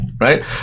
right